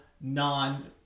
non